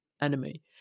enemy